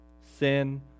Sin